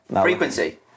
Frequency